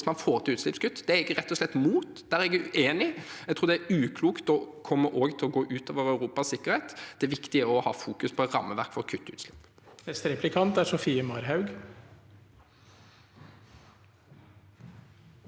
man får til utslippskutt – det er jeg rett og slett imot. Der er jeg uenig. Jeg tror det er uklokt, og det kommer også til å gå ut over Europas sikkerhet. Det er viktigere å fokusere på et rammeverk for å kutte utslipp.